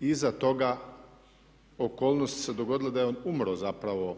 iza toga okolnosti su se dogodile da je on umro zapravo